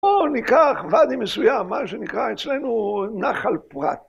או ניקח ואדי מסוים, מה שנקרא אצלנו נחל פרת.